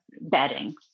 bedding